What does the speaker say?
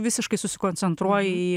visiškai susikoncentruoji į